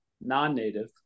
non-native